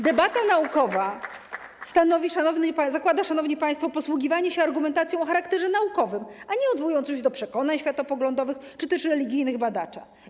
Debata naukowa zakłada, szanowni państwo, posługiwanie się argumentacją o charakterze naukowym, a nie odwołującą się do przekonań światopoglądowych czy też religijnych badacza.